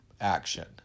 action